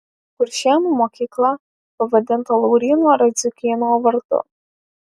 kuršėnų mokykla pavadinta lauryno radziukyno vardu